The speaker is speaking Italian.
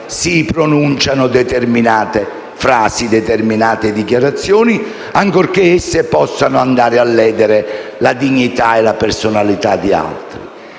si pronunciano determinate frasi e dichiarazioni, ancorché esse possano ledere la dignità e la personalità di altri.